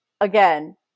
again